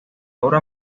obra